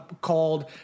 called